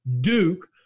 Duke